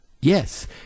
Yes